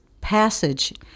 passage